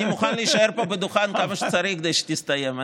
אני מוכן להישאר פה בדוכן כמה שצריך כדי שתסתיים.